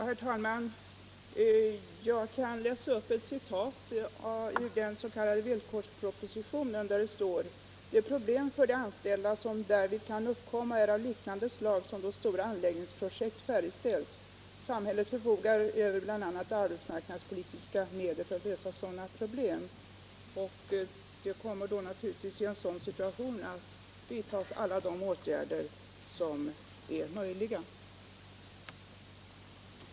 Herr talman! I den s.k. villkorspropositionen står det bl.a.: ”De problem för de anställda som därvid kan uppkomma är av liknande slag som då stora anläggningsprojekt färdigställs. Samhället förfogar över bl.a. arbetsmarknadspolitiska medel för att lösa sådana problem.” I en sådan situation kommer naturligtvis att vidtas alla de åtgärder som är möjliga att vidta.